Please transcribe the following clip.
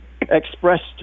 expressed